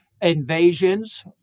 invasions